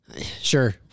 Sure